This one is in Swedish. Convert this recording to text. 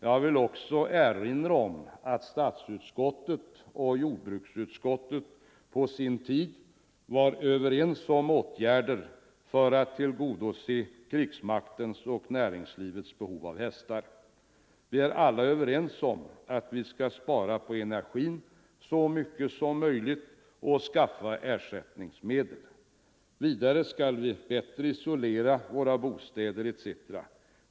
Jag vill också erinra om att statsutskottet och jordbruksutskottet på sin tid var överens om åtgärder för att tillgodose krigsmaktens och näringslivets behov av hästar. Vi är alla överens om att vi skall spara på energin så mycket som möjligt och skaffa ersättningsmedel. Vidare skall vi bättre isolera våra bostäder etc.